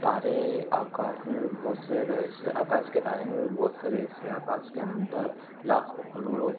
तारे आकाश में भी बहुत से रहस्य आकाश के तारे में भी बहुत से रहस्य हैं आकाश के अंदर लाखों करोड़ों